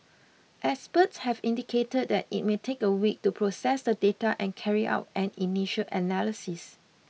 experts have indicated that it may take a week to process the data and carry out an initial analysis